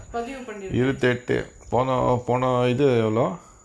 பதிவு பண்ணிருக்கா:pathivu pannirukaa